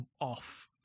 off